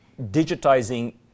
digitizing